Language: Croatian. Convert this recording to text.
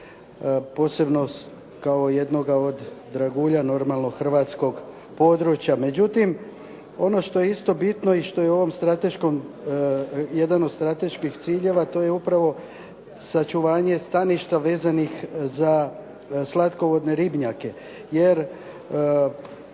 posebno kao jednoga od dragulja normalno hrvatskog područja. Međutim, ono što je isto bitno i što je u ovom strateškom, jedan od strateških ciljeva to je upravo sačuvanje staništa vezanih za slatkovodne ribnjake